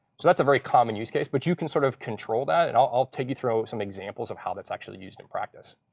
so that's a very common use case. but you can sort of control that. and i'll take you through some examples of how that's actually used in practice.